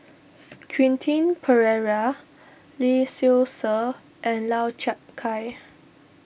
Quentin Pereira Lee Seow Ser and Lau Chiap Khai